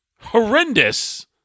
horrendous